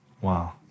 Wow